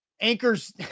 anchors